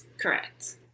Correct